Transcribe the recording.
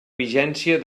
vigència